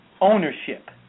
ownership